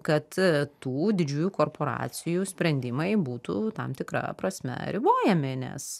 kad tų didžiųjų korporacijų sprendimai būtų tam tikra prasme ribojami nes